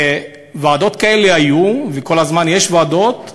ועדות כאלה היו, וכל הזמן יש ועדות.